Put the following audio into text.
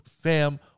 Fam